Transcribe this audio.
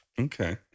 Okay